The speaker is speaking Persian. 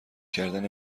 کردن